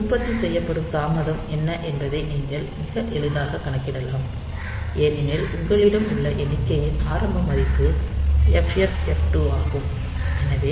உற்பத்தி செய்யப்படும் தாமதம் என்ன என்பதை நீங்கள் மிக எளிதாக கணக்கிடலாம் ஏனெனில் உங்களிடம் உள்ள எண்ணிக்கையின் ஆரம்ப மதிப்பு FFF2 ஆகும்